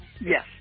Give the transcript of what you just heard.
Yes